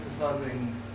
exercising